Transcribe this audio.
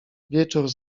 wieczór